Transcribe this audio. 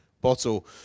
bottle